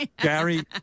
Gary